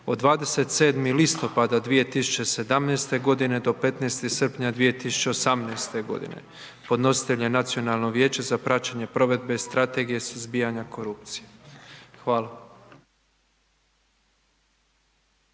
od 27. listopada 2017. godine do 15. srpnja 2018. godine. Podnositelj je Nacionalno vijeće za praćenje provedbe Strategije suzbijanja korupcije. Hvala.